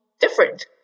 different